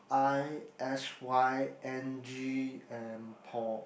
I S_Y N_G and Paul